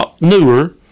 newer